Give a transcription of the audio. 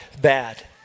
Bad